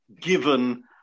given